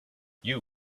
you